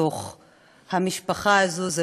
לתוך המשפחה הזאת.